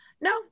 No